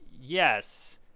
Yes